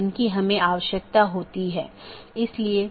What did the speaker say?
एक विशेष उपकरण या राउटर है जिसको BGP स्पीकर कहा जाता है जिसको हम देखेंगे